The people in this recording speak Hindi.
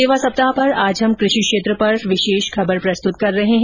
सेवा सप्ताह पर आज हम कृषि क्षेत्र पर विशेष खबर प्रस्तुत कर रहे हैं